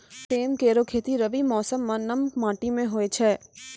सेम केरो खेती रबी मौसम म नम माटी में होय छै